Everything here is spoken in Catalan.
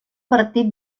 partit